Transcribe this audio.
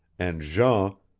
and jean,